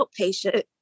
outpatient